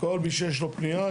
כל מי שיש לו פנייה,